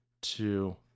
two